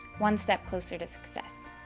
one step closer to success.